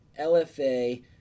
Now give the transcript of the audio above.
LFA